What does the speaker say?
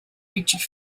victory